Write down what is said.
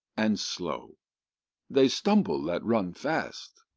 and slow they stumble that run fast.